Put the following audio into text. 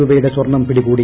രൂപയുടെ സ്വർണ്ണം പിടികൂടി